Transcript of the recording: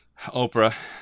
Oprah